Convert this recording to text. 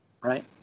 right